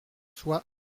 soit